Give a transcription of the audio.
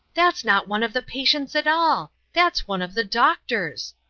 that's not one of the patients at all. that's one of the doctors.